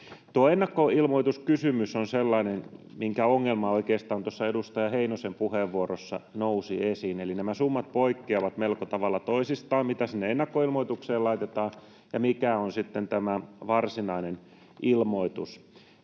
Ennakkoilmoituskysymys on sellainen, minkä ongelma oikeastaan tuossa edustaja Heinosen puheenvuorossa nousi esiin, eli nämä summat poikkeavat melko tavalla toisistaan, mitä sinne ennakkoilmoitukseen laitetaan ja mikä on sitten tämä varsinainen ilmoitus.